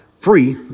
Free